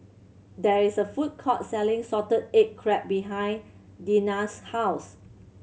there is a food court selling salted egg crab behind Dena's house